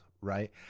right